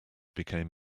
became